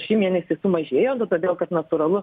šį mėnesį sumažėjo nu todėl kad natūralu